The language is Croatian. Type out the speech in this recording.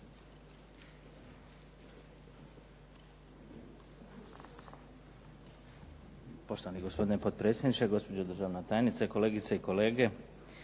Poštovani gospodine potpredsjedniče, gospođo državna tajnice, kolegice i kolege.